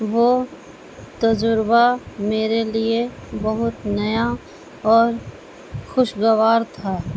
وہ تجربہ میرے لیے بہت نیا اور خوشگوار تھا